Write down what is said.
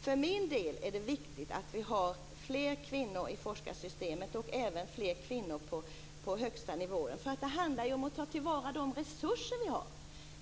För min del är det viktigt med fler kvinnor i forskarsystemet och även fler kvinnor på de högsta nivåerna. Det handlar om att ta till vara de resurser som finns.